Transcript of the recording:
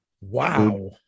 Wow